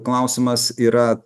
klausimas yra